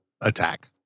attack